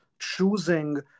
choosing